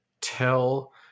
tell